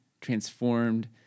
transformed